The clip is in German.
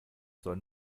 soll